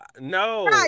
no